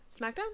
SmackDown